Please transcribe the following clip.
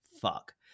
fuck